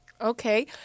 Okay